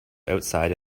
outside